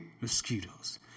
mosquitoes